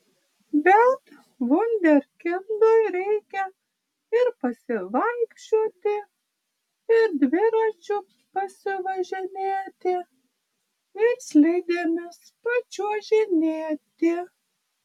bet vunderkindui reikia ir pasivaikščioti ir dviračiu pasivažinėti ir slidėmis pačiuožinėti